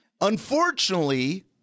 Unfortunately